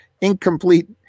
incomplete